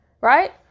right